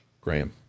Graham